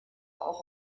auch